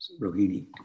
Rohini